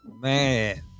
Man